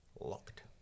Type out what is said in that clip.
locked